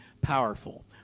powerful